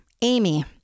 Amy